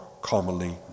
commonly